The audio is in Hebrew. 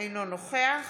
אינו נוכח